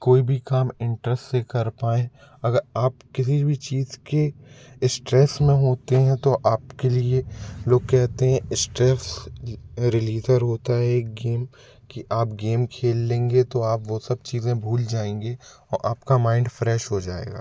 कोई भी काम इंटरस से कर पाएं अगर आप किसी भी चीज़ के इस्ट्रेस में होते हैं तो आप के लिए लोग कहते हैं इस्ट्रेस रिलीज़र होता है एक गेम कि आप गेम खेल लेंगे तो आप वो सब चीज़ें भूल जाएंगे और आपका माइंड फ्रेश हो जाएगा